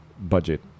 budget